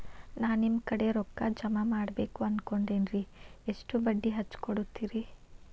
ನಾ ನಿಮ್ಮ ಕಡೆ ರೊಕ್ಕ ಜಮಾ ಮಾಡಬೇಕು ಅನ್ಕೊಂಡೆನ್ರಿ, ಎಷ್ಟು ಬಡ್ಡಿ ಹಚ್ಚಿಕೊಡುತ್ತೇರಿ?